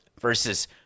versus